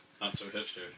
not-so-hipster